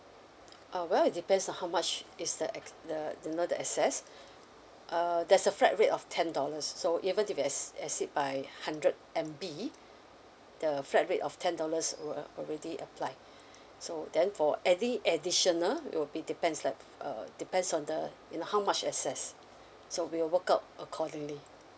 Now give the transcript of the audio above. uh well it depends on how much is the ac~ the you know the excess uh there's a flat rate of ten dollars so even if you es~ exceed by hundred M_B the flat rate of ten dollars will uh already applied so then for any additional it will be depends like uh depends on the you know how much excess so we'll work out accordingly